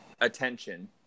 attention